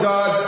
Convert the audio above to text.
God